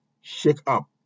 shake-up